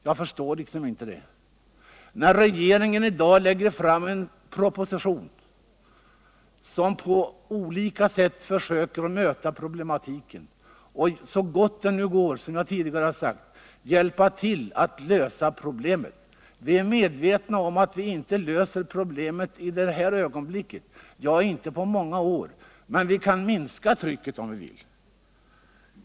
Jag förstår inte det talet när regeringen i dag lägger fram en proposition, där man på olika sätt försöker att möta problematiken och så gott det nu går, som jag tidigare sagt, hjälpa till att lösa den. Vi är medvetna om att vi inte löser problemet i detta ögonblick, ja, inte på många år, men vi kan minska trycket på området om vi vill.